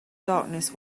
darkness